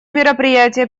мероприятия